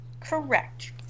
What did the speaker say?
Correct